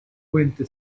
puente